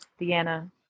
Deanna